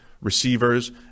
receivers